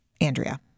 Andrea